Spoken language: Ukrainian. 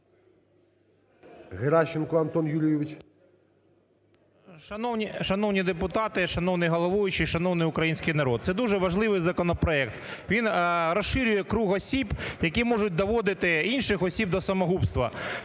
Геращенко Антон Юрійович.